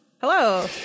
Hello